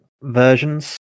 versions